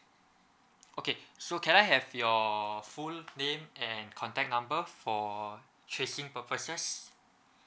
okay so can I have your full name and contact number for tracing purposes